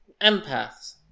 empaths